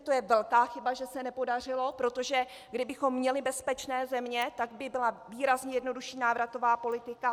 To je velká chyba, že se nepodařilo, protože kdybychom měli bezpečné země, tak by byla výrazně jednodušší návratová politika.